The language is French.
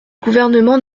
gouvernement